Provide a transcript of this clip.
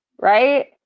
right